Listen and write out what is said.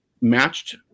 matched